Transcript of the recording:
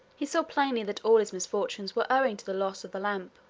he saw plainly that all his misfortunes were owing to the loss of the lamp,